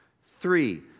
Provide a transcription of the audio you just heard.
Three